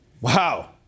Wow